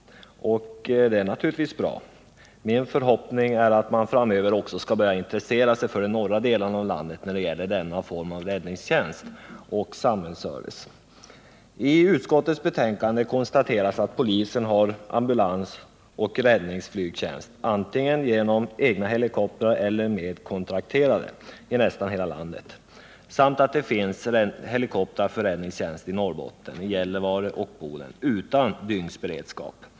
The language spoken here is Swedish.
Det är naturligtvis bra. Min förhoppning är att man framöver också skall börja intressera sig för de norra delarna av landet när det gäller denna form av räddningstjänst och samhällsservice. I utskottets betänkande konstateras att polisen har ambulansoch räddningsflygtjänst — antingen genom egna helikoptrar eller med kontrakterade — i nästan hela landet samt att det finns helikoptrar för räddningstjänst i Norrbotten, i Gällivare och Boden, utan dygnsberedskap.